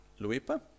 Luipa